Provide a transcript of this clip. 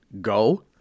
go